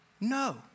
No